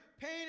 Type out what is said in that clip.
pain